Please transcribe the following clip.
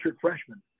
freshman